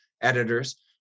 editors